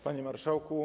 Panie Marszałku!